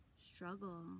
struggle